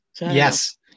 Yes